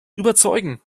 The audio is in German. überzeugen